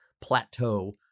plateau